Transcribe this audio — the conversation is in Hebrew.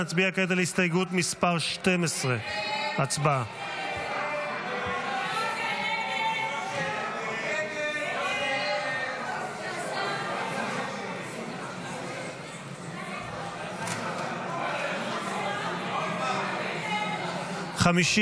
אנחנו מצביעים כעת על הסתייגות שמספרה 11. הצבעה.